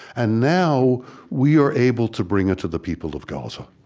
and now we are able to bring it to the people of gaza